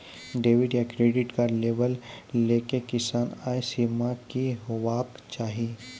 Debit या credit card लेवाक लेल किसानक आय सीमा की हेवाक चाही?